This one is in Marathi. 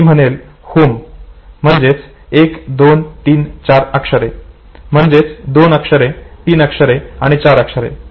आता मी म्हणेल HOME म्हणजेच 1234 अक्षरे म्हणजेच दोन अक्षरे तीन अक्षरे आणि चार अक्षरे